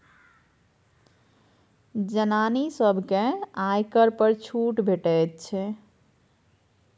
जनानी सभकेँ आयकर पर छूट भेटैत छै